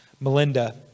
Melinda